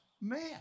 man